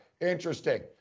Interesting